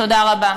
תודה רבה.